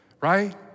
right